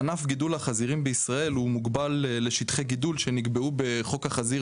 ענף גידול החזירים בישראל מוגבל לשטחי גידול שנקבע בחוק החזיר,